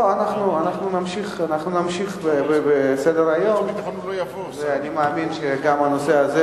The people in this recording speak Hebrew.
אנחנו נמשיך בסדר-היום ואני מאמין שגם הנושא הזה